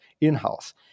in-house